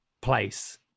place